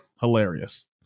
hilarious